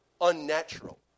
unnatural